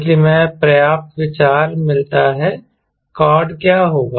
इसलिए मैं पर्याप्त विचार मिलता हैकॉर्ड क्या होगा